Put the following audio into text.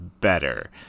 better